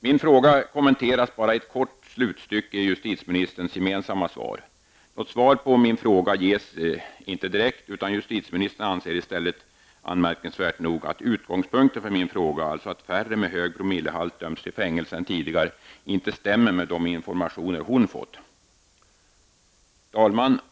Min fråga kommenteras bara i ett kort slutstycke i justitieministerns gemensamma svar på frågan och interpellationen. Något svar på min fråga ges inte direkt, utan justitieministern anser i stället, anmärkningsvärt nog, att utgångspunkten för min fråga, alltså att färre personer med hög promillehalt i blodet dömts till fängelse än tidigare, inte stämmer med de informationer hon har fått. Herr talman!